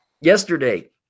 Yesterday